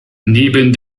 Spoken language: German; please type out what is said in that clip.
neben